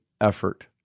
effort